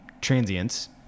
transients